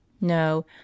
No